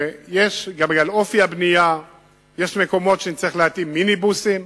בגלל אופי הבנייה יש מקומות שנצטרך להתאים להם מיניבוסים